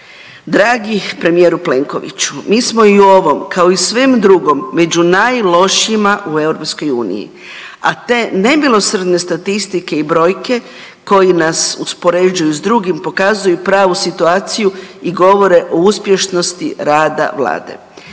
dragi premijeru Plenkoviću, mi smo i u ovom, kao i svem drugom među najlošijima u EU, a te nemilosrdne statistike i brojke koji nas uspoređuju s drugima, pokazuju pravu situaciju i govore o uspješnosti rada Vlade.